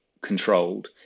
controlled